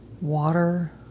water